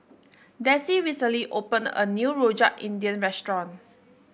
Desi recently opened a new Rojak India restaurant